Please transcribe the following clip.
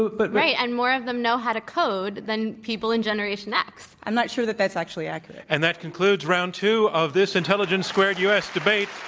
but right. and more of them know how to code than people in generation x. i'm not sure that that's actually accurate. and that concludes round two of this intelligence squared u. s. debate.